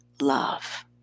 love